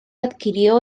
adquirió